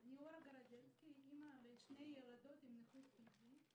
אני אימא לשתי ילדות עם נכות פיזית.